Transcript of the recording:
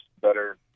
better